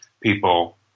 people